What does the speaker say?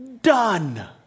Done